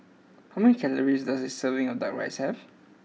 how many calories does a serving of Duck Rice have